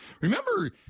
Remember